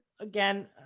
again